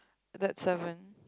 that sermon